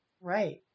Right